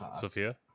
sophia